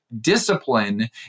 discipline